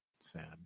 Sad